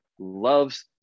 loves